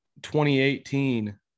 2018